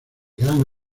gran